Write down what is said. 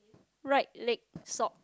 right leg sock